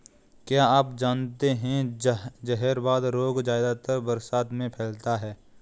क्या आप जानते है जहरवाद रोग ज्यादातर बरसात में फैलता है?